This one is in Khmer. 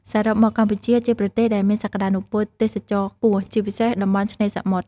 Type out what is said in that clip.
សរុបមកកម្ពុជាជាប្រទេសដែលមានសក្តានុពលទេសចរណ៍ខ្ពស់ ជាពិសេសតំបន់ឆ្នេរសមុទ្រ។